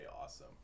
awesome